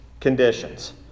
conditions